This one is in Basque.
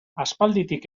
aspalditik